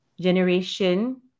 generation